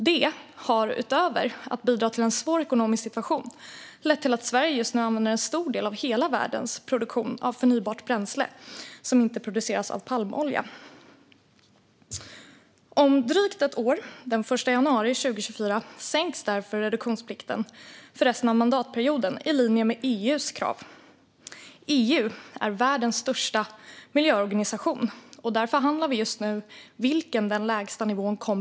Det har, utöver att bidra till en svår ekonomisk situation, lett till att Sverige just nu använder en stor del av hela världens produktion av förnybart bränsle som inte produceras av palmolja. Om drygt ett år, den 1 januari 2024, sänks därför reduktionsplikten för resten av mandatperioden till att vara i linje med EU:s krav. EU är världens största miljöorganisation. Där förhandlar vi just nu om var den lägsta nivån ska ligga.